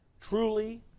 Truly